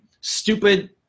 stupid